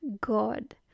God